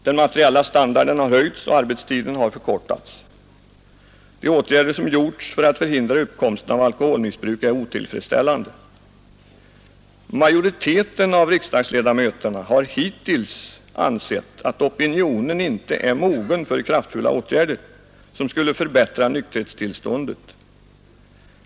Den materiella standarden har höjts och arbetstiden har förkortats. De åtgärder som gjorts för att förhindra uppkomsten av alkoholmissbruk är otillfredsställande. Majoriteten av riksdagsledamöterna har hittills ansett att opinionen inte är mogen för kraftfulla åtgärder, som skulle förbättra nykterhetstillståndet.